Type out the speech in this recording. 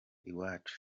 iwacu